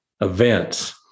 events